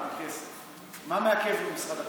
מה מעכב במשרד הכלכלה,